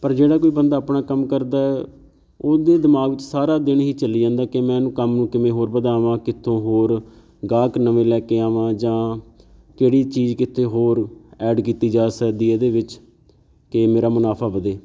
ਪਰ ਜਿਹੜਾ ਕੋਈ ਬੰਦਾ ਆਪਣਾ ਕੰਮ ਕਰਦਾ ਉਹਦੇ ਦਿਮਾਗ਼ 'ਚ ਸਾਰਾ ਦਿਨ ਹੀ ਚੱਲੀ ਜਾਂਦਾ ਕਿ ਮੈਂ ਇਹਨੂੰ ਕੰਮ ਨੂੰ ਕਿਵੇਂ ਹੋਰ ਵਧਾਵਾਂ ਕਿੱਥੋਂ ਹੋਰ ਗਾਹਕ ਨਵੇਂ ਲੈ ਕੇ ਆਵਾਂ ਜਾਂ ਕਿਹੜੀ ਚੀਜ਼ ਕਿੱਥੇ ਹੋਰ ਐਡ ਕੀਤੀ ਜਾ ਸਕਦੀ ਹੈ ਇਹਦੇ ਵਿੱਚ ਕਿ ਮੇਰਾ ਮੁਨਾਫ਼ਾ ਵਧੇ